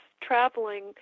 traveling